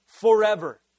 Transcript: forever